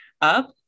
up